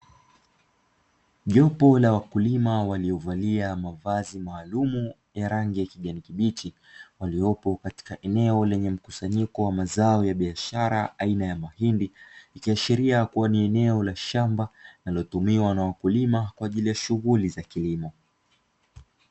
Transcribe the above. Jopo la wakulima waliovalia mavazi maalumu ya rango ya kijani kibichi waliopo katika eneo lenye mkusanyiko wa zao la biashara aina ya mahindi ikiashiria kua ni eneo la shamba linalotumiws na wakulima kwa ajili ya shughuli za kilimo.